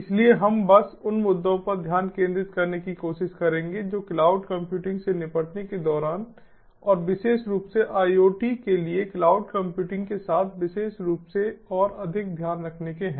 इसलिए हम बस उन मुद्दों पर ध्यान केंद्रित करने की कोशिश करेंगे जो क्लाउड कंप्यूटिंग से निपटने के दौरान और विशेष रूप से IoT के लिए क्लाउड कंप्यूटिंग के साथ विशेष रूप से और अधिक ध्यान रखने के है